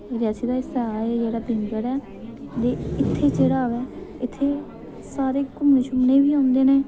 रियासी दा हिस्सा एह् जेड़ा भीमगढ़ ऐ ते इत्थै जेह्ड़ा आवै इत्थै सारे घुम्मने शुम्मने गी बी औंदे न